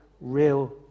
real